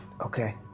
Okay